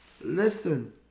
Listen